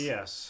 Yes